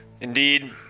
Indeed